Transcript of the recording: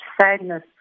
sadness